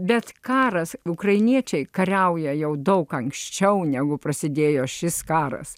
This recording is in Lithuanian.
bet karas ukrainiečiai kariauja jau daug anksčiau negu prasidėjo šis karas